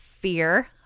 Fear